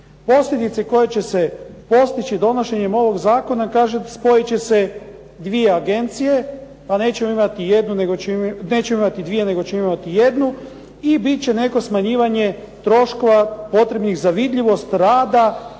Posljedice koje će se postići donošenjem ovog zakona kažete spojit će se 2 agencije pa nećemo imati 2 nego ćemo imati jednu i bit će neko smanjivanje troškova potrebnih za vidljivost rada